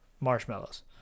marshmallows